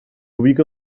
ubica